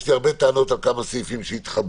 יש לי הרבה טענות על כמה סעיפים שהתחבאו.